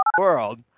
world